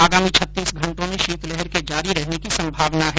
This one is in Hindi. आगामी छत्तीस घंटों में शीतलहर के जारी रहने की संभावना हैं